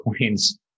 coins